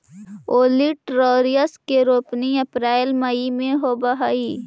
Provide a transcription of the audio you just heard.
olitorius के रोपनी अप्रेल मई में होवऽ हई